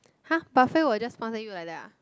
!huh! buffet will just sponsor you like that uh